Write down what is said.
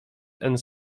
and